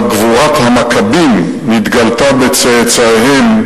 אבל גבורת המכבים נתגלתה בצאצאיהם,